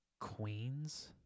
Queens